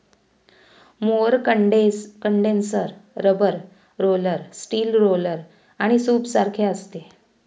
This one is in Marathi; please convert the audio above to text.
mower condenser rubber roller, steel roller आणि सूपसारखे असते